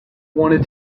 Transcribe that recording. wanted